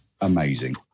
amazing